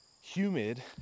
humid